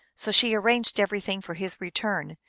so she arranged everything for his return,